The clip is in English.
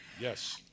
Yes